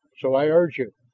so i urge you,